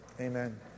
Amen